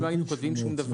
אם לא היינו כותבים דבר,